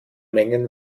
mengen